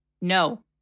No